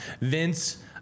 Vince